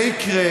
זה יקרה.